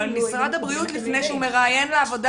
אבל משרד הבריאות לפני שהוא מראיין לעבודה,